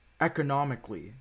economically